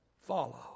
follow